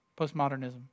Postmodernism